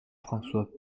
françois